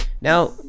Now